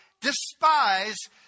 despise